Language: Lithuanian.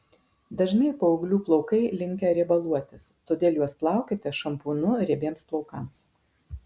dažnai paauglių plaukai linkę riebaluotis todėl juos plaukite šampūnu riebiems plaukams